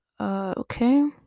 okay